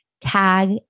tag